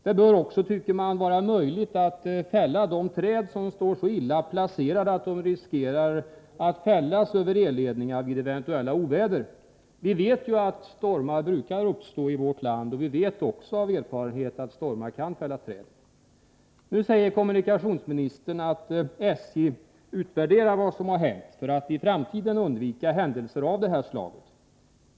Det bör också vara möjligt att fälla de träd som står så illa placerade att de vid oväder riskerar att falla över elledningar. Vi vet ju att stormar brukar uppstå i vårt land, och vi vet också av erfarenhet att stormar kan fälla träd. Nu säger kommunikationsministern att SJ utvärderar vad som har hänt för att i framtiden undvika händelser av det här slaget.